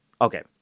Okay